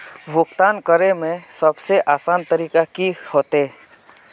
भुगतान करे में सबसे आसान तरीका की होते?